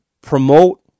Promote